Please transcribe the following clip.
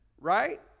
right